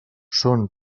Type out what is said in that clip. són